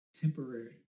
temporary